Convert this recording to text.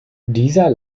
dieser